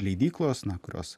leidyklos na kurios